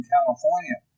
California